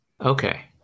Okay